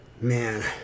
Man